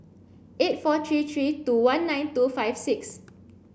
eight four three three two one nine two five six